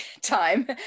time